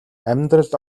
амьдралд